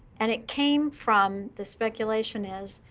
and it came from, the speculation is,